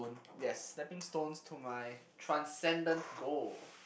yes stepping stones to my transcendent goal